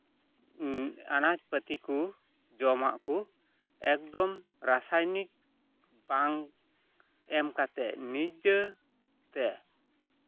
ᱟᱱᱟᱪ ᱯᱟᱛᱤ ᱠᱚ ᱡᱚᱢᱟᱜ ᱠᱚ ᱮᱠᱫᱚᱢ ᱨᱟᱥᱟᱭᱚᱱᱤᱠ ᱵᱟᱝ ᱮᱢ ᱠᱟᱛᱮᱫ ᱱᱤᱡᱟᱹᱛᱮ